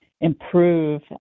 improve